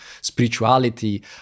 spirituality